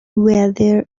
weather